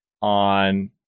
on